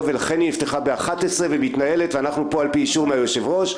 ולכן היא נפתחה ב- 23:00 ומתנהלת ואנחנו לפי אישור מהיושב-ראש.